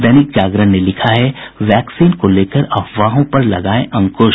दैनिक जागरण ने लिखा है वैक्सीन को लेकर अफवाहों पर लगायें अंकुश